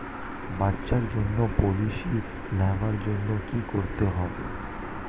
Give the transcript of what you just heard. বাচ্চার জন্য পলিসি নেওয়ার জন্য কি করতে হবে?